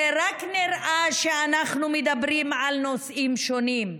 זה רק נראה שאנחנו מדברים על נושאים שונים,